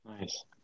Nice